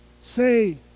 say